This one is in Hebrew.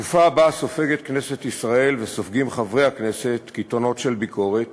בתקופה שבה סופגת כנסת ישראל וסופגים חברי הכנסת קיתונות של ביקורת,